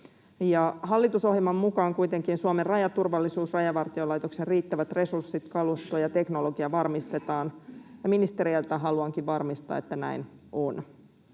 Hallitusohjelman mukaan kuitenkin Suomen rajaturvallisuus, Rajavartiolaitoksen riittävät resurssit, kalusto ja teknologia varmistetaan. Ministereiltä haluankin varmistaa, että näin on,